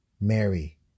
Mary